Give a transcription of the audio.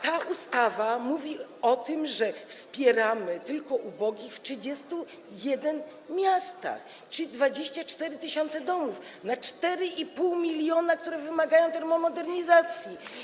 Ta ustawa mówi o tym, że wspieramy tylko ubogich w 31 miastach, czyli 24 tys. domów na 4,5 mln, które wymagają termomodernizacji.